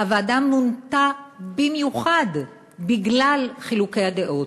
הוועדה מונתה במיוחד בגלל חילוקי הדעות,